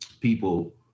people